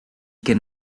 can